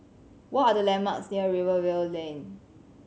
what are the landmarks near Rivervale Lane